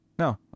no